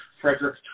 Frederick